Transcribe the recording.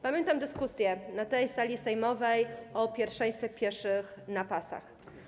Pamiętam dyskusję na sali sejmowej o pierwszeństwie pieszych na pasach.